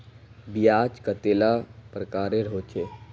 ब्याज कतेला प्रकारेर होचे?